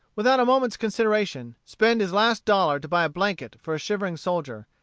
without a moment's consideration, spend his last dollar to buy a blanket for a shivering soldier,